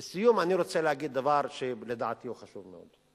לסיום, אני רוצה להגיד דבר שלדעתי הוא חשוב מאוד,